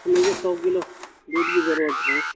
مجھے سو کلو دودھ کی ضرورت ہے